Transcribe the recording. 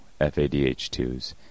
FADH2s